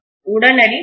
உடனடி பவர்